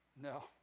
No